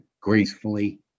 gracefully